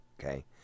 okay